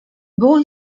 było